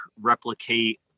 replicate